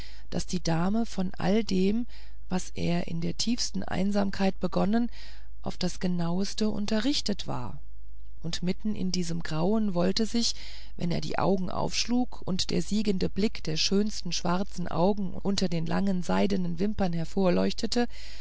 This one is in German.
daß die dame von all dem was er in der tiefsten einsamkeit begonnen auf das genaueste unterrichtet war und mitten in diesem grauen wollte sich wenn er die augen aufschlug und der siegende blick der schönsten schwarzen augen unter den langen seidenen wimpern